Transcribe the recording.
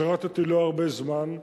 שירתי לא הרבה זמן,